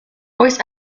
oes